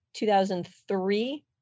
2003